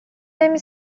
نمی